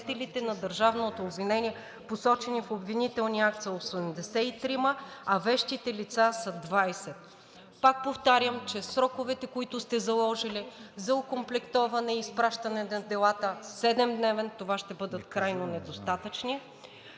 на държавното обвинение, посочени в обвинителния акт, са 83, а вещите лица са 20. Пак повтарям, че сроковете, които сте заложили за окомплектуване и изпращане на делата в 7-дневен срок, ще бъдат крайно недостатъчни.